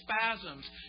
spasms